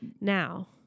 Now